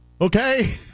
okay